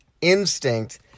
instinct